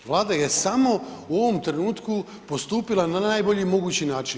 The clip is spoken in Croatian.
Vlada je samo u ovom trenutku postupila na najbolji mogući način.